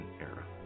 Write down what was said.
era